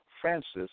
Francis